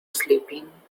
sleeping